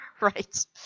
Right